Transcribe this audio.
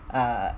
err